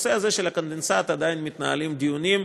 בנושא הזה, של הקונדנסט, עדיין מתנהלים דיונים,